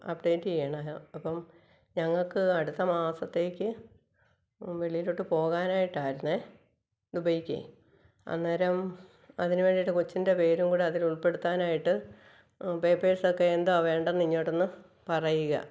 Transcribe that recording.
update ചെയ്യണം അപ്പം ഞങ്ങള്ക്ക് അടുത്ത മാസത്തേക്ക് വെളിയിലോട്ട് പോകാനായിട്ടായിരുന്നു ദുബായിക്കെ അന്നേരം അതിനുവേണ്ടിയിട്ട് കൊച്ചിന്റെ പേരും കൂടെ അതിലുള്പ്പെടുത്താനായിട്ട് പേപ്പെഴ് സോക്കോ എന്താ വേണ്ടെന്ന് ഇഞോട്ടൊന്നു പറയിക